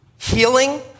healing